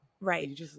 right